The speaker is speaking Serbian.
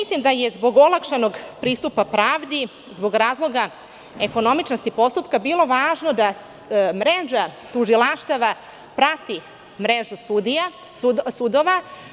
Mislim da je zbog olakšanog pristupa pravdi i zbog razloga ekonomičnosti postupka bilo važno da mreža tužilaštava prati mrežu sudova.